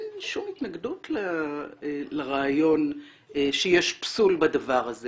שום התנגדות לרעיון שיש פסול בדבר הזה